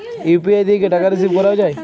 UPI দিয়ে কি টাকা রিসিভ করাও য়ায়?